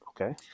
Okay